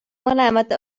mõlemad